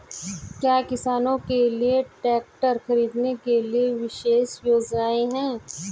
क्या किसानों के लिए ट्रैक्टर खरीदने के लिए विशेष योजनाएं हैं?